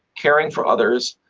caring for others,